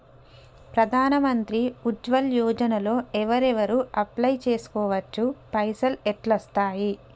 ప్రధాన మంత్రి ఉజ్వల్ యోజన లో ఎవరెవరు అప్లయ్ చేస్కోవచ్చు? పైసల్ ఎట్లస్తయి?